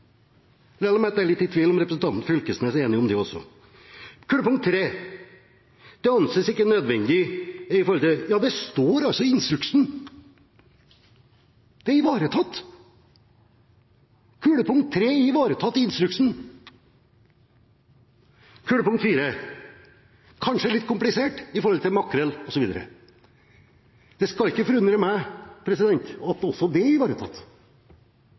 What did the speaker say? er litt i tvil om representanten Knag Fylkesnes er enig. Når det gjelder punkt tre om at det anses ikke nødvendig, står det i instruksen – det er ivaretatt. Punkt tre er ivaretatt i instruksen. Punkt fire er kanskje litt komplisert med tanke på fiske etter makrell osv. Det skulle ikke forundre meg om det også er ivaretatt,